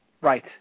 Right